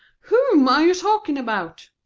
whom are you talking about?